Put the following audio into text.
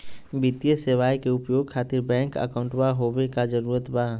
वित्तीय सेवाएं के उपयोग खातिर बैंक अकाउंट होबे का जरूरी बा?